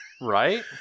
Right